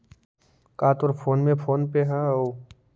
का तोर फोन में फोन पे हउ?